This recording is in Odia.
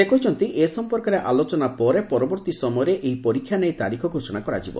ସେ କହିଛନ୍ତି ଏ ସମ୍ମର୍କରେ ଆଲୋଚନା ପରେ ପରବର୍ତ୍ତୀ ସମୟରେ ଏହି ପରୀକ୍ଷା ନେଇ ତାରିଖ ଘୋଷଣା କରାଯିବ